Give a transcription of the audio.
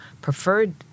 preferred